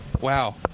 wow